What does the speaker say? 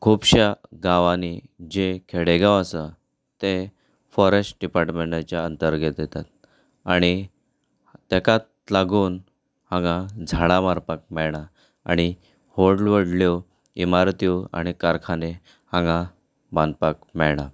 हांगा खुबश्या गांवंनी जे खेडेगांव आसात ते फॉरेस्ट डिपार्टमेंटाच्या अंतर्गत येतात आनी ताकाच लागून हांगा झाडा मारपाक मेळना आनी व्हड व्हडल्यो इमारत्यो आनी कारखाने हांगा बांदपाक मेळना